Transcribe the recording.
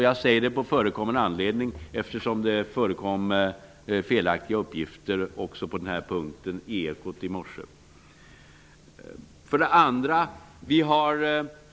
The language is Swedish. Jag säger detta på förekommen anledning, eftersom det förekom felaktiga uppgifter i Ekot i morse också på denna punkt.